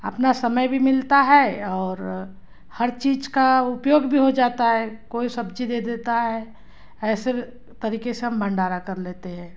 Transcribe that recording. अपना समय भी मिलता है और हर चीज़ का उपयोग भी हो जाता है कोई सब्ज़ी दे देता है ऐसे तरीके से हम भंडारा कर लेते हैं